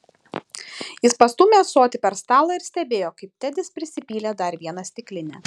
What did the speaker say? jis pastūmė ąsotį per stalą ir stebėjo kaip tedis prisipylė dar vieną stiklinę